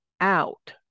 out